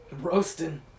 Roasting